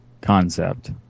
concept